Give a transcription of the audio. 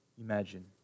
imagine